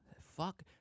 Fuck